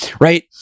Right